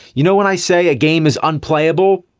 you know when i say a game is unplayable.